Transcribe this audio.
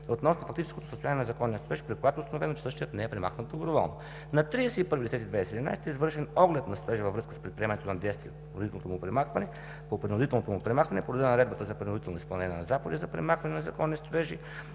относно фактическото състояние на незаконния строеж, при която е установено, че същият не е премахнат доброволно. На 31 октомври 2017 г. е извършен оглед на строежа във връзка с предприемането на действия по принудителното му премахване по реда на Наредбата за принудително изпълнение на заповеди за премахване на незаконни строежи